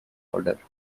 order